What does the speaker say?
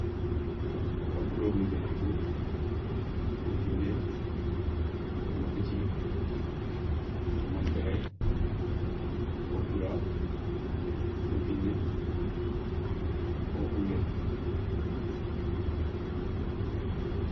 Yo wo ga couleur ni bénou tou, fo dounbé, fo maka dji, fo molé déré, fo boula, fo biné, fo khoulé.